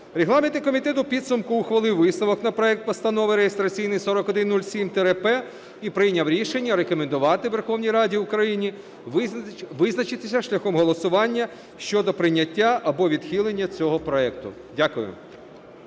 Регламентний комітет у підсумку ухвалив висновок на проект Постанови реєстраційний 4107-П і прийняв рішення рекомендувати Верховній Раді України визначитися шляхом голосування щодо прийняття або відхилення цього проекту. Дякую.